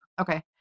Okay